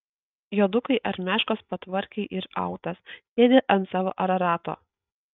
juodukai armiaškos patvarkė ir autas sėdi ant savo ararato